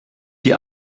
die